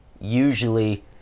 usually